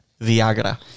viagra